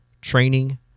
training